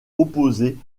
opposée